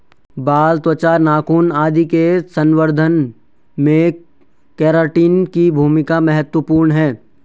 बाल, त्वचा, नाखून आदि के संवर्धन में केराटिन की भूमिका महत्त्वपूर्ण है